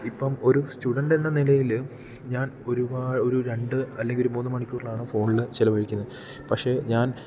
ഇപ്പം ഒരു സ്റ്റുഡൻ്റ് എന്ന നിലയിൽ ഞാൻ ഒരുപാട് ഒരു രണ്ട് അല്ലെങ്കിൽ ഒരു മൂന്ന് മണിക്കൂറിലാണ് ഫോണിൽ ചിലവഴിക്കുന്നത് പക്ഷേ ഞാൻ